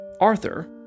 Arthur